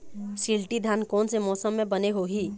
शिल्टी धान कोन से मौसम मे बने होही?